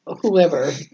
whoever